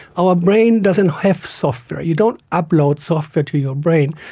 our brain doesn't have software. you don't upload software to your brain,